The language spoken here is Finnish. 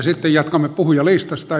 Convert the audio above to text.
sitten jatkamme puhujalistasta